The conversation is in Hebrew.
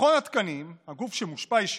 מכון התקנים, הגוף שמושפע ישירות,